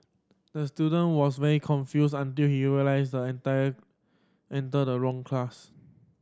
the student was very confused until he realised entire entered the wrong class